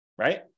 Right